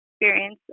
experience